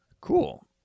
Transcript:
Cool